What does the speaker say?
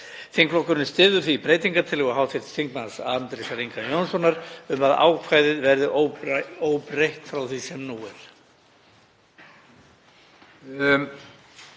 Þingflokkurinn styður því breytingartillögu hv. þm. Andrésar Inga Jónssonar um að ákvæðið verði óbreytt frá því sem nú er.